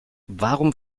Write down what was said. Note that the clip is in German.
warum